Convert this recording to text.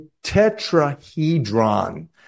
Tetrahedron